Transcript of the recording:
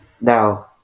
No